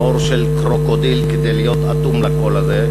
עור של קרוקודיל כדי להיות אטום לקול הזה.